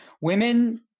women